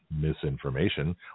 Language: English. misinformation